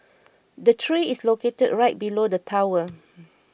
the tree is located right below the tower